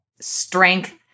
strength